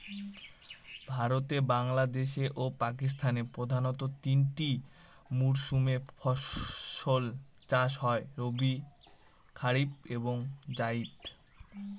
ভারতে বাংলাদেশে ও পাকিস্তানে প্রধানত তিনটা মরসুমে ফাসল চাষ হয় রবি কারিফ এবং জাইদ